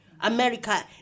america